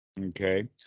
Okay